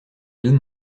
deux